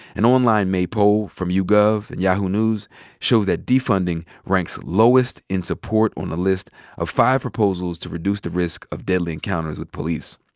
an online may poll from yougov and yahoo news shows that defunding ranks lowest in support on the list of five proposals to reduce the risk of deadly encounters with police.